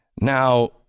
Now